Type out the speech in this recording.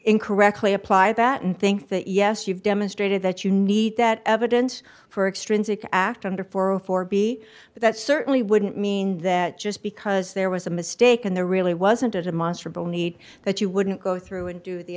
incorrectly apply that and think that yes you've demonstrated that you need that evidence for extrinsic act under four or four b but that certainly wouldn't mean that just because there was a mistake and there really wasn't a monster bill need that you wouldn't go through and do the